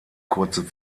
kurze